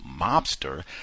mobster